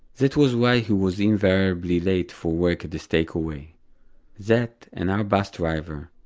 that was why he was invariably late for work at the steakaway that, and our bus driver,